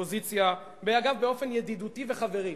לאופוזיציה, ואגב, באופן ידידותי וחברי,